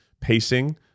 pacing